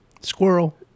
Squirrel